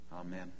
Amen